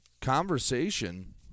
conversation